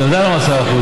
אתה יודע למה 10%,